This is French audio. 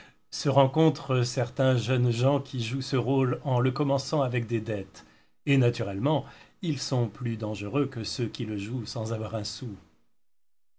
se rencontrent certains jeunes gens qui jouent ce rôle en le commençant avec des dettes et naturellement ils sont plus dangereux que ceux qui le jouent sans avoir un sou